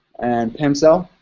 and pam selle.